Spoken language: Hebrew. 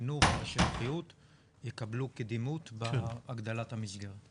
חינוך ובריאות יקבלו קדימות בהגדלת המסגרת.